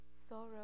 sorrow